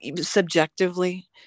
subjectively